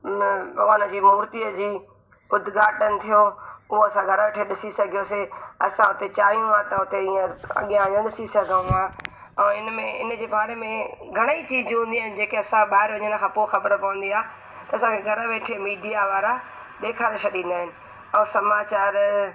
भॻवान जी मूर्तीअ जी उध्दघाटन थियो उहे असां घर वेठे ॾिसी सघियोसीं असां उते चाहियूं हा त उते हींअर अॻियां अञा ॾिसी सघूं हां ऐं इन में इन जे बारे में घणेई चीजूं हुंदियूं आहिनि जेके असां ॿा वञण खां पोइ ख़बर पवंदी आहे असांखे घर वेठे मीडिया वारा ॾेखारे छॾींदा आहिनि ऐं समाचार